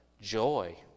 joy